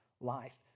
life